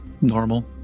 normal